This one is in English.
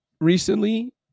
recently